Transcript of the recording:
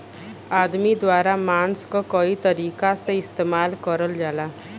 आदमी द्वारा बांस क कई तरीका से इस्तेमाल करल जाला